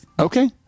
Okay